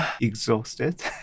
exhausted